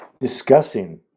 discussing